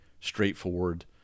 straightforward